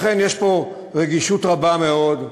לכן, יש פה רגישות רבה מאוד,